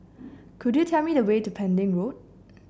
could you tell me the way to Pending Road